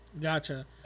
Gotcha